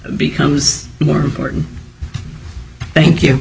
becomes more important thank you